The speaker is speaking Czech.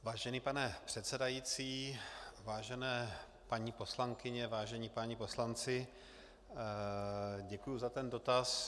Vážený pane předsedající, vážené paní poslankyně, vážení páni poslanci, děkuji za ten dotaz.